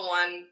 one